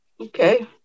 Okay